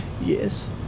yes